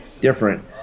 different